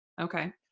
Okay